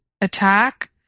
attack